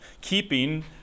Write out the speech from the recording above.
keeping